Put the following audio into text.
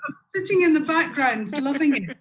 um sitting in the background loving it.